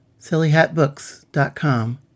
sillyhatbooks.com